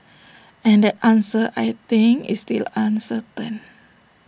and that answer I think is still uncertain